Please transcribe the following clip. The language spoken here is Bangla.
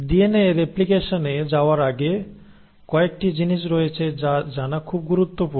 ডিএনএ রেপ্লিকেশনে যাওয়ার আগে কয়েকটি জিনিস রয়েছে যা জানা খুব গুরুত্বপূর্ণ